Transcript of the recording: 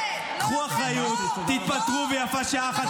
קחו אחריות, תתפטרו, ויפה שעה אחת קודם.